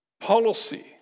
policy